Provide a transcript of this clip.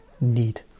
need